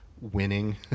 winning